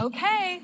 Okay